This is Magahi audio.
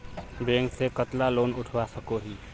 बैंक से कतला लोन उठवा सकोही?